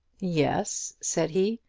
yes, said he,